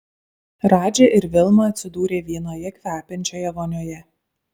radži ir vilma atsidūrė vienoje kvepiančioje vonioje